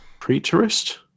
preterist